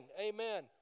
Amen